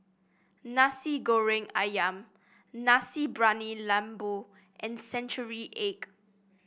Nasi Goreng ayam Nasi Briyani Lembu and Century Egg